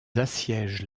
assiègent